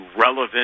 relevant